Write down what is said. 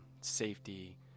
safety